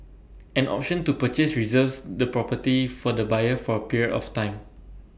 an option to purchase reserves the property for the buyer for A period of time